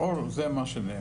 לאור מה שנאמר,